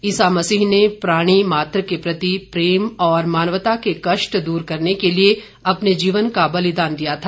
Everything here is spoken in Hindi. ईसा मसीह ने प्राणी मात्र के प्रति प्रेम और मानवता के कष्ट दूर करने के लिए अपने जीवन का बलिदान दिया था